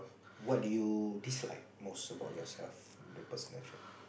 what do you dislike most about yourself in the person nature